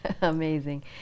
amazing